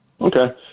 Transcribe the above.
Okay